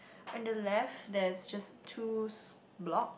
on the left there's just twos block